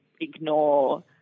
ignore